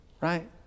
Right